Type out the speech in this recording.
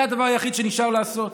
זה דבר היחיד שנשאר לעשות.